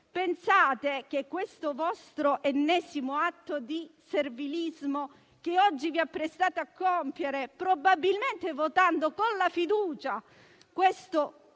Pensate che questo vostro ennesimo atto di servilismo che oggi vi apprestate a compiere, probabilmente votando con la fiducia questo